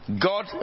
God